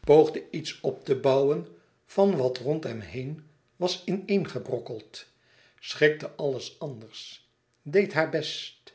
poogde iets op te bouwen van wat rondom hen heen was in-een gebrokkeld schikte alles anders deed haar best